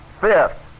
Fifth